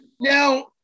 Now